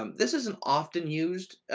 um this isn't often used